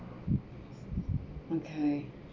okay